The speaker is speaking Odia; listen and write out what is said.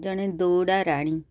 ଜଣେ ଦୌଡ଼ା ରାଣୀ